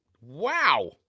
Wow